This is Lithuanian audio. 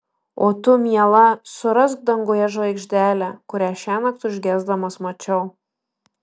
o tu miela surask danguje žvaigždelę kurią šiąnakt užgesdamas mačiau